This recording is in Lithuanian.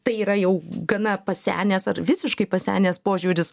tai yra jau gana pasenęs ar visiškai pasenęs požiūris